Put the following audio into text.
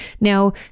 now